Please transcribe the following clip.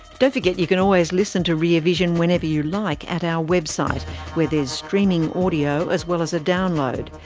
don't forget you can always listen to rear vision whenever you like at our website where there's streaming audio as well as a download,